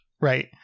right